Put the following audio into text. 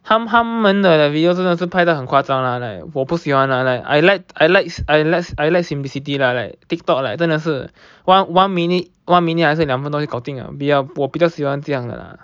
他他他们的 video 真的是拍到很夸张啦 like 我不喜欢 lah like I like I like I like I like simplicity lah like Tiktok like 真的是 one one minute one minute 还是一两分钟就搞定了我比较喜欢这样的啦